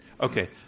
Okay